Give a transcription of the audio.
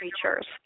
creatures